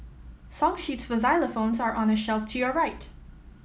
song sheets for xylophones are on the shelf to your right